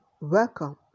welcome